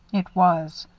it was.